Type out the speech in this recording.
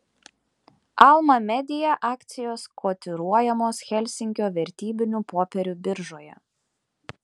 alma media akcijos kotiruojamos helsinkio vertybinių popierių biržoje